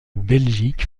belgique